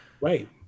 Right